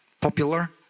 popular